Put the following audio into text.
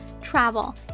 travel